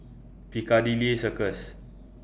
Piccadilly Circus